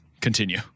continue